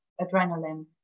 adrenaline